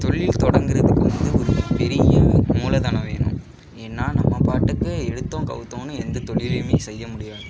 தொழில் தொடங்குறதுக்கு வந்து ஒரு பெரிய மூலதனம் வேணும் ஏன்னால் நம்ம பாட்டுக்கு எடுத்தோம் கவுத்தோம்னு எந்த தொழிலையுமே செய்ய முடியாது